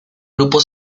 grupo